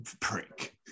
Prick